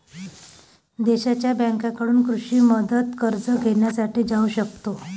देशांच्या बँकांकडून कृषी मुदत कर्ज घेण्यासाठी जाऊ शकतो